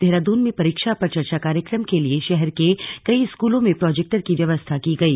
देहरादून में परीक्षा पर चर्चा कार्यक्रम के लिए शहर के कई स्कूलों में प्रोजेक्टर की व्यवस्था की गई